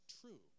true